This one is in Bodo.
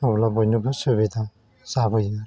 अब्ला बयनोबो सुबिदा जाबोयो आरो